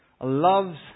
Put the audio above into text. loves